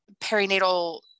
perinatal